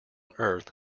earth